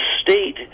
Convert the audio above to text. state